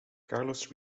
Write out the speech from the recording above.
carlos